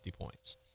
points